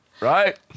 Right